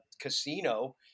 casino